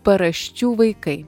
paraščių vaikai